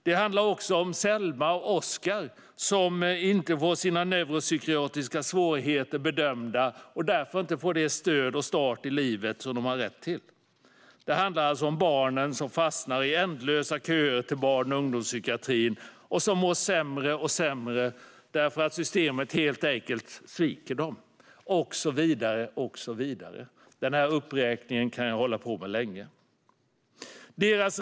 Det handlar också om Selma och Oskar, som inte får sina neuropsykiatriska svårigheter bedömda och därför inte får det stöd och den start i livet som de har rätt till. Det handlar alltså om de barn som fastnar i ändlösa köer till barn och ungdomspsykiatrin och som mår sämre och sämre därför att systemet helt enkelt sviker dem och så vidare. Denna uppräkning kan jag hålla på med länge. Herr talman!